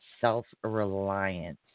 self-reliance